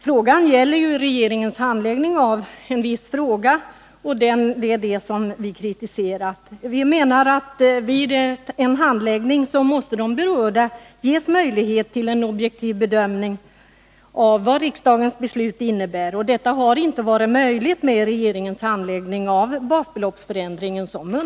Frågan gäller ju regeringens handläggning av ett visst ärende, och det är den som vi kritiserat. Vi menar att de berörda måste vid en handläggning ges möjlighet till objektiv bedömning av vad regeringens beslut innebär. Detta har inte varit möjligt med regeringens handläggning av frågan om basbeloppsändringen.